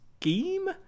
scheme